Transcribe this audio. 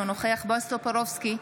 אינו נוכח בועז טופורובסקי,